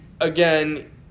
again